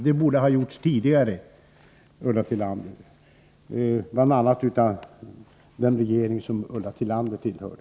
Det borde ha gjorts tidigare, bl.a. av den regering som Ulla Tillander tillhörde.